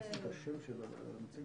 הפוליטיים שמתרחשים במדינת ישראל בכלל ובכנסת